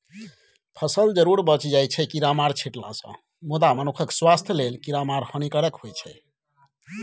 फसल जरुर बचि जाइ छै कीरामार छीटलासँ मुदा मनुखक स्वास्थ्य लेल कीरामार हानिकारक होइ छै